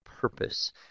purpose